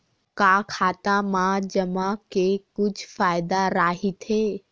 का खाता मा जमा के कुछु फ़ायदा राइथे?